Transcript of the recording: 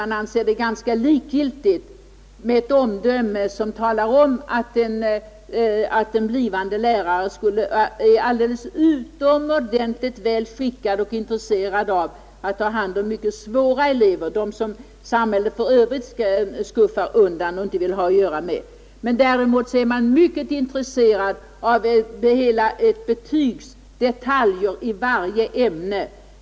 Man anser det ganska likgiltigt med ett omdöme som vittnar om att en blivande lärare är utomordentligt väl skickad och intresserad att ta hand om mycket svåra elever, sådana elever som samhället i övrigt gärna skuffar undan och inte vill ha att göra med. Men däremot är man vid lärarhögskolan mycket intresserad av betyg och detaljer i varje ämne.